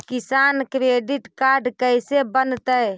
किसान credit card कैसे बनतै?